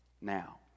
now